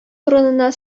урынына